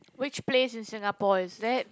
which place in Singapore is it